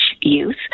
youth